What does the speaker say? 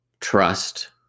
Trust